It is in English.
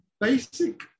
basic